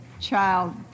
child